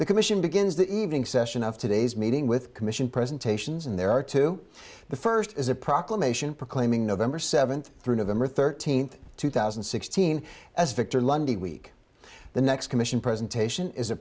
the commission begins the evening session of today's meeting with commission presentations and there are two the first is a proclamation proclaiming november seventh through november thirteenth two thousand and sixteen as victor lundy week the next commission presentation is a